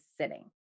sitting